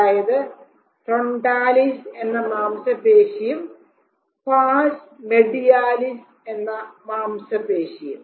അതായത് ഫ്രൊണ്ടാലിസ് എന്ന മാംസപേശിയും പാർസ് മെഡിയാലിസ് എന്ന മാംസപേശിയും